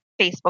Facebook